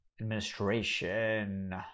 Administration